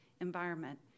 environment